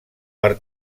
per